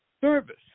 service